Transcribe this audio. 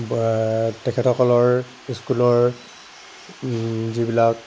তেখেতসকলৰ স্কুলৰ যিবিলাক